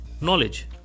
knowledge